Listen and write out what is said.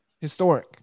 historic